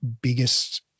biggest